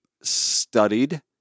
studied